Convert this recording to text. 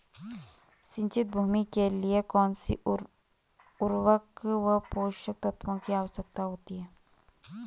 सिंचित भूमि के लिए कौन सी उर्वरक व पोषक तत्वों की आवश्यकता होती है?